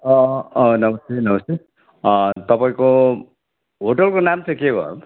अँ नमस्ते नमस्ते तपाईँको होटेलको नाम चाहिँ के भयो